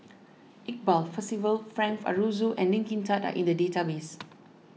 Iqbal Percival Frank Aroozoo and Lee Kin Tat are in the database